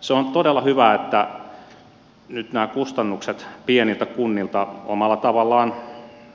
se on todella hyvä että nyt nämä kustannukset pieniltä kunnilta omalla tavallaan